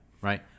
right